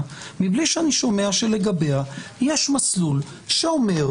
בלי שאני שומע שלגביה יש מסלול שאומר: